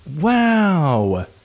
Wow